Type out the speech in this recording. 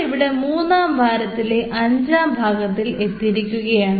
നമ്മൾ ഇവിടെ മൂന്നാം വാരത്തിലെ അഞ്ചാം ഭാഗത്തിൽ എത്തിയിരിക്കുകയാണ്